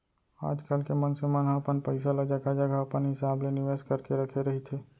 आजकल के मनसे मन ह अपन पइसा ल जघा जघा अपन हिसाब ले निवेस करके रखे रहिथे